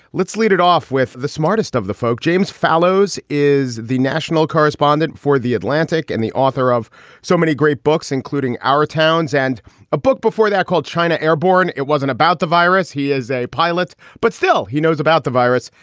let's lead it off with the smartest of the folk. james fallows is the national correspondent for the atlantic and the author of so many great books, including our towns and a book before that called china airborne. it wasn't about the virus. he is a pilot, but still he knows about the virus.